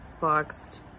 boxed